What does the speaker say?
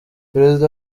perezida